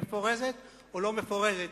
מפורזת או לא מפורזת.